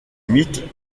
mythe